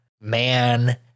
man